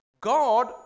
God